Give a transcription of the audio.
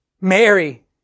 Mary